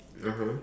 (uh huh)